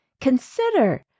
consider